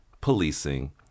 policing